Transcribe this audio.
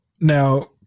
now